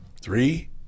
Three